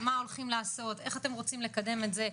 מה הולכים לעשות, איך אתם רוצים לקדם את זה.